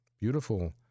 beautiful—